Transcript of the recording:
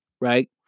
right